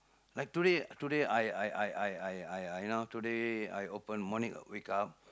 like today today I I I I I I you know today I open morning wake up